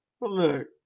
look